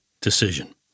decision